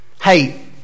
Hey